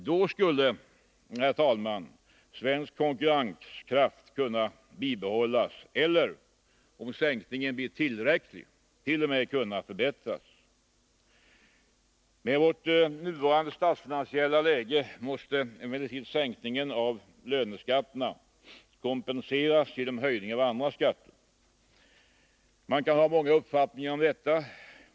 Då skulle, herr talman, svensk konkurrenskraft kunna bibehållas eller, om sänkningen blir tillräcklig, t.o.m. förbättras. Med vårt nuvarande statsfinansiella läge måste emellertid sänkningen av löneskatterna kompenseras genom höjning av andra skatter. Man kan ha många uppfattningar om detta.